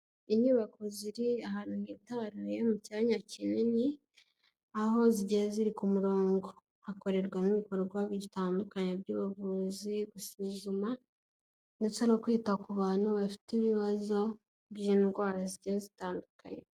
Inyubako ziri ahantu hitararuye mu cyanya kinini, aho zigiye ziri ku murongo, hakorerwamo n'ibikorwa bitandukanye by'ubuvuzi gusuzuma ndetse no kwita ku bantu bafite ibibazo by'indwara zigiye zitandukanye.